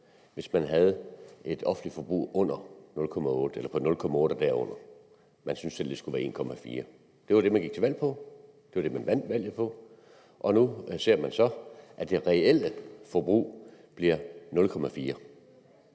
hvis væksten i det offentlige forbrug var på 0,8 pct. eller derunder – man syntes selv, at det skulle være på 1,4 pct. Det var det, man gik til valg på, og det var det, man vandt valget på, og nu kan vi så se, at den reelle vækst i forbruget bliver 0,4